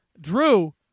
Drew